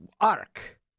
arc